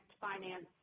finance